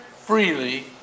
freely